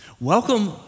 Welcome